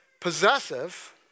possessive